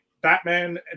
Batman